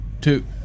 two